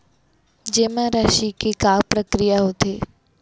जेमा राशि के का प्रक्रिया होथे?